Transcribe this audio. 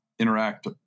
interact